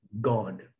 god